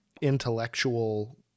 intellectual